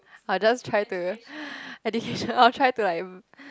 I'll just try to education I'll try to like